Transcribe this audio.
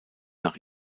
nach